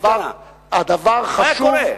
מה היה קורה?